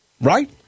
Right